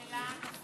שאלה נוספת.